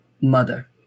mother